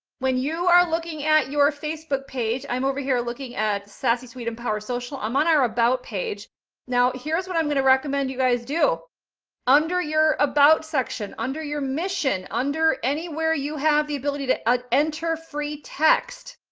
when you are looking at your facebook page, i'm over here looking at sassy suite, empowersocial. i'm on our about page now. here's what i'm going to recommend you guys do under your about section, under your mission, under anywhere you have the ability to ah enter free text.